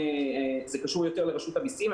זה קשור יותר לרשות המסים.